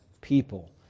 people